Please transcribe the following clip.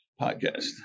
podcast